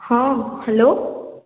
ହଁ ହ୍ୟାଲୋ